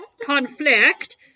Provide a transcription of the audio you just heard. Conflict